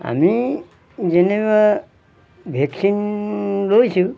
আমি যেনেবা ভেকচিন লৈছোঁ